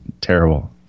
Terrible